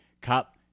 Cup